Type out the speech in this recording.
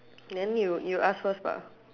then you you ask first but